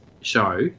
show